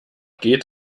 geht